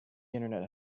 internet